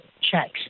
checks